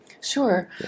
Sure